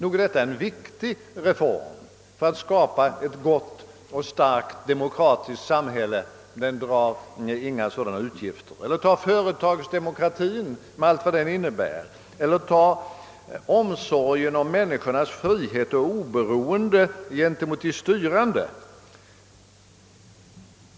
Nog är det en viktig reform för att skapa ett gott och starkt demokratiskt samhälle, och den medför inga stora utgifter. Eller tag företagsdemokratin med allt vad den innebär! Eller tag omsorgen om människornas frihet och oberoende gentemot de styrande!